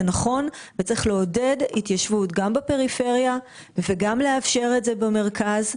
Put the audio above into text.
נכון וצריך לעודד התיישבות גם בפריפריה וגם לאפשר את זה במרכז.